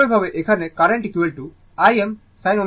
একইভাবে এখানে current Im sin ω t 90o